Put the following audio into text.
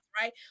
right